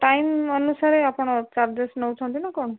time ଅନୁସାରେ ଆପଣ charges ନେଉଛନ୍ତି ନା କ'ଣ